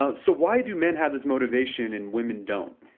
ah so, why do men have this motivation and women don't?